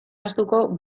ahaztuko